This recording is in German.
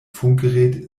funkgerät